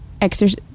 exercise